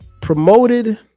promoted